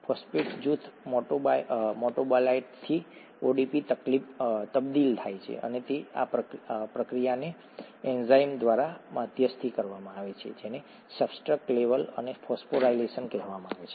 phosphate જૂથ મેટાબોલાઇટથી એડીપીમાં તબદીલ થાય છે અને તે આ પ્રક્રિયાને એન્ઝાઇમ દ્વારા મધ્યસ્થી કરવામાં આવે છે જેને સબસ્ટ્રેટ લેવલ ફોસ્ફોરાયલેશન કહેવામાં આવે છે